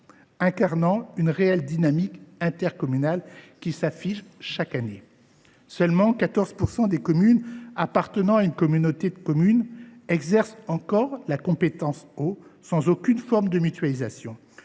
incarnant une réelle dynamique intercommunale qui s’affirme d’année en année. Seulement 14 % des communes appartenant à une communauté de communes exercent encore la compétence « eau » sans aucune forme de mutualisation